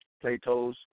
Plato's